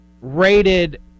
rated